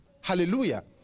Hallelujah